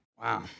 Wow